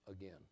again